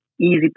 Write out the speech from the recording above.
Easy